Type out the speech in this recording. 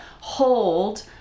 hold